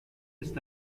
ist